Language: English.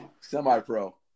semi-pro